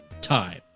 time